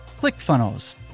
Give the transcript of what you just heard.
ClickFunnels